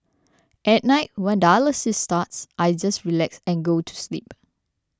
at night when dialysis starts I just relax and go to sleep